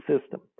system